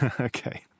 Okay